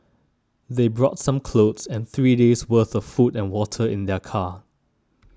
they brought some clothes and three days' worth of food and water in their car